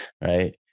right